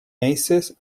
mazes